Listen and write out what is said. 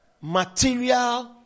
material